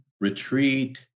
retreat